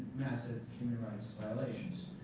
massive human rights' violations.